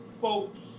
folks